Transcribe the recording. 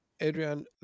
adrian